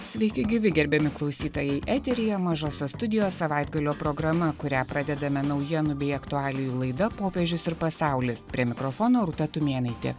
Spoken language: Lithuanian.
sveiki gyvi gerbiami klausytojai eteryje mažosios studijos savaitgalio programa kurią pradedame naujienų bei aktualijų laida popiežius ir pasaulis prie mikrofono rūta tumėnaitė